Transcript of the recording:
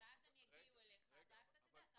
ואז הם יגיעו אליך ואז אתה תדע.